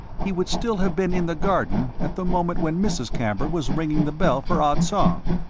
he would still have been in the garden at the moment when mrs. camber was ringing the bell for ah tsong.